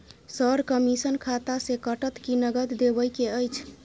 Sir, commission खाता से कटत कि नगद देबै के अएछ?